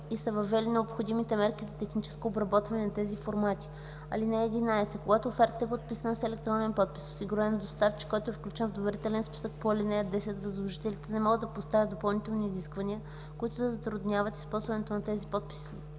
и са въвели необходимите мерки за техническото обработване на тези формати. (11) Когато офертата е подписана с електронен подпис, осигурен от доставчик, който е включен в доверителен списък по ал. 10, възложителите не могат да поставят допълнителни изисквания, които да затруднят използването на тези подписи